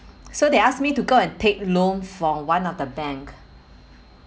so they ask me to go and take loan from one of the bank